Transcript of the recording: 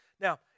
Now